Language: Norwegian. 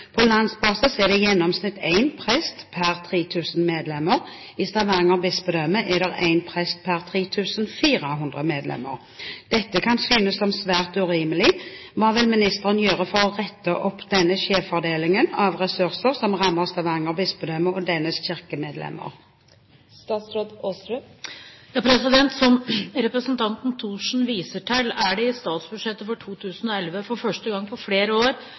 På landsbasis er det i gjennomsnitt én prest per 3 000 medlemmer. I Stavanger bispedømme er det én prest per 3 400 medlemmer. Dette kan synes som svært urimelig. Hva vil statsråden gjøre for å rette opp denne skjevfordelingen av ressurser som rammer Stavanger bispedømme og dets kirkemedlemmer?» Som representanten Thorsen viser til, er det i statsbudsjettet for 2011 for første gang på flere år